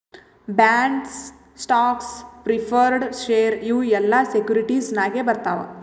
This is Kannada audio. ಬಾಂಡ್ಸ್, ಸ್ಟಾಕ್ಸ್, ಪ್ರಿಫರ್ಡ್ ಶೇರ್ ಇವು ಎಲ್ಲಾ ಸೆಕ್ಯೂರಿಟಿಸ್ ನಾಗೆ ಬರ್ತಾವ್